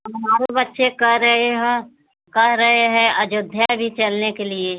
अब हमारे बच्चे कह रहे है कह रहे है अयोध्या भी चलने के लिए